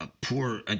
poor